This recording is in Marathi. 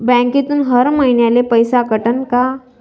बँकेतून हर महिन्याले पैसा कटन का?